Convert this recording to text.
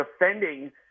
defending